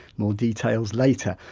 more details later.